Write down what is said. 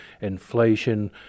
inflation